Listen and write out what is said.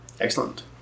Excellent